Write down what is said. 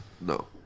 no